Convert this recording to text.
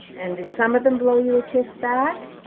and did some of them blow you ah kiss back?